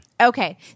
okay